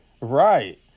right